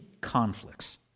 conflicts